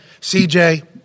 CJ